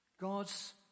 God's